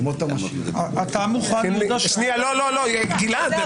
אתה מוכן --- לא, גלעד,